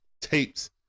tapes